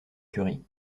curie